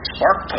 Spark